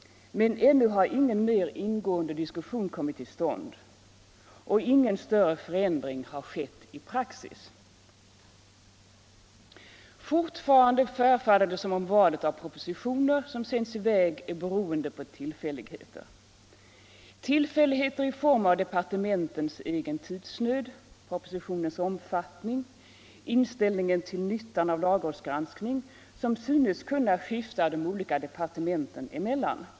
Men ännu har ingen mer ingående diskussion kommit till stånd. Och ingen större förändring har skett i praxis. Fortfarande förefaller det som om valet av propositioner som sänds i väg är beroende på tillfälligheter, tillfälligheter i form av departementens egen tidsnöd, propositionens omfattning, inställningen till nyttan av lagrådsgranskning, som synes kunna skifta de olika departementen emellan.